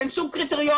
אין שום קריטריונים.